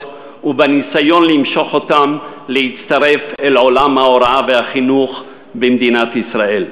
ובניסיון למשוך אותם להצטרף אל עולם ההוראה והחינוך במדינת ישראל.